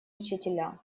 учителя